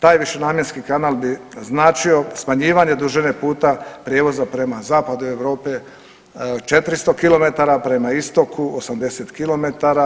Taj višenamjenski kanal bi značio smanjivanje dužine puta prijevoza prema zapadu Europa 400 km, prema istoku 80 km.